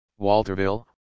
Walterville